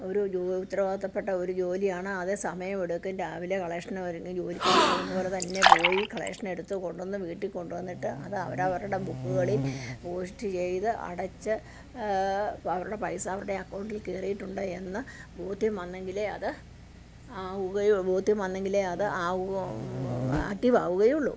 ഒരു ജോ ഉത്തരവാദിത്വപ്പെട്ട ഒരു ജോലിയാണ് അതേ സമയം എടുക്കും രാവിലെ കളക്ഷൻ ഒരുങ്ങി ജോലിക്കാർ പോകുന്ന പോലെ തന്നെ പോയി കളക്ഷൻ എടുത്ത് കൊണ്ടു വന്ന് വീട്ടിൽ കൊണ്ടു വന്നിട്ട് അത് അവരവരുടെ ബുക്കുകളിൽ പോസ്റ്റ് ചെയ്ത് അടച്ച് അവരുടെ പൈസ അവരുടെ അക്കൗണ്ടിൽ കേറിയിട്ടുണ്ട് എന്ന് ബോധ്യം വന്നെങ്കിലെ അത് ആവുകയുള്ളൂ ബോധ്യം വന്നെങ്കിലേ അത് ആക്റ്റീവ് ആവുകയുള്ളൂ